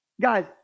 Guys